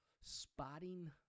spotting